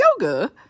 yoga